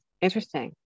interesting